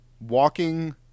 walking